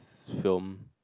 shorm